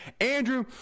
Andrew